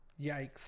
Yikes